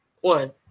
One